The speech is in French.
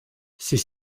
ses